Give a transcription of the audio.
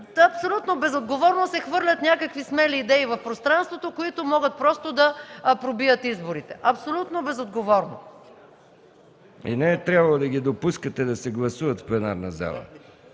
Абсолютно безотговорно хвърлят някакви смели идеи в пространството, които могат просто да пробият изборите. Абсолютно безотговорно. ПРЕДСЕДАТЕЛ МИХАИЛ МИКОВ: Не е трябвало да ги допускате да се гласуват в пленарна зала.